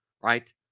right